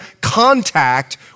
contact